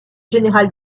général